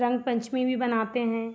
रंग पंचमी भी मनाते हैं